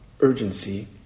urgency